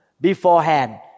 beforehand